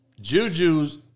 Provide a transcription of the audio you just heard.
Juju's